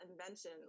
invention